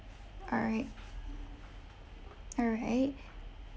all right all right